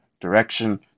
direction